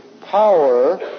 power